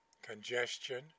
Congestion